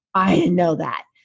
i didn't know that,